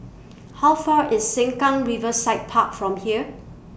How Far IS Sengkang Riverside Park from here